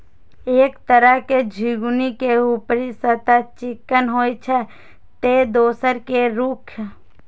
एक तरह झिंगुनी के ऊपरी सतह चिक्कन होइ छै, ते दोसर के रूख